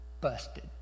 busted